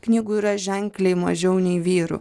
knygų yra ženkliai mažiau nei vyrų